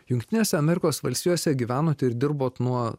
jungtinėse amerikos valstijose gyvenot ir dirbot nuo